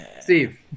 Steve